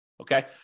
okay